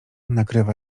nakrywa